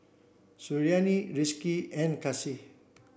Suriani Rizqi and Kasih